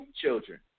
children